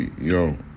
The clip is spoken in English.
Yo